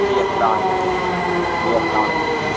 جی السلام علیکم جی السلام علیکم